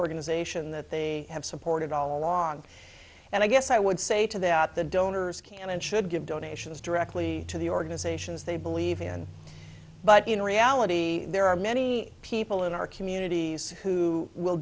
organization that they have supported all along and i guess i would say to that the donors can and should give donations directly to the organizations they believe in but in reality there are many people in our communities who will